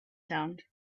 sound